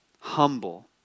humble